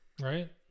right